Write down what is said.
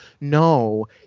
no